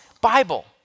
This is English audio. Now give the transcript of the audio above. Bible